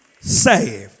saved